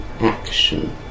action